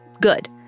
Good